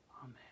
Amen